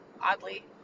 oddly